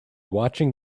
watching